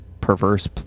perverse